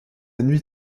nuit